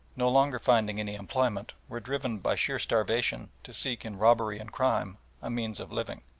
no longer finding any employment, were driven by sheer starvation to seek in robbery and crime a means of living.